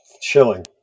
chilling